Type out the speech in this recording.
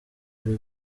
uri